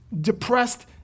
depressed